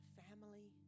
family